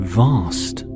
vast